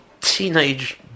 teenage